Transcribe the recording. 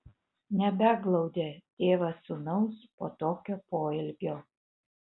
nebeglaudė tėvas sūnaus po tokio poelgio